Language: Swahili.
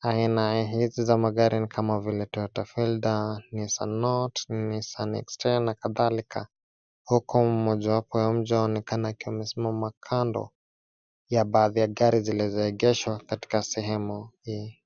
aina hizi za magari ni kama vile toyota fielder, nissan note, nissan extrail na kadhalika, huku mmoja wapo wa mja anaonekana kusimama kando ya baadhi ya gari zilizo ekeshwa katika sehemu hii.